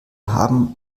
haben